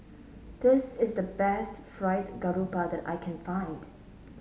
this is the best Fried Garoupa that I can find